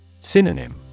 Synonym